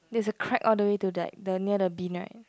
there's a crack all the way to the like near the bin right